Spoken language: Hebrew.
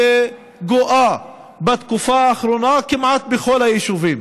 שגואה בתקופה האחרונה כמעט בכל היישובים.